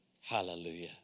Hallelujah